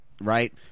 right